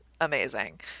amazing